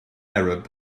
arab